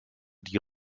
die